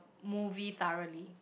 movie thoroughly